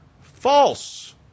false